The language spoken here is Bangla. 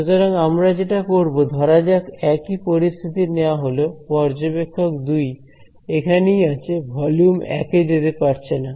সুতরাং আমরা যেটা করব ধরা যাক একই পরিস্থিতি নেয়া হলো পর্যবেক্ষক 2 এখানেই আছে ভলিউম 1 এ যেতে পারছে না